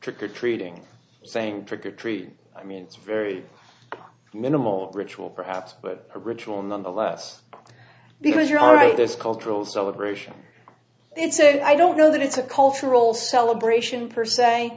trick or treating saying trick or treat i mean it's very minimal ritual for have but a ritual nonetheless because you're all right this cultural celebration it's a i don't know that it's a cultural celebration per se